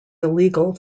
illegal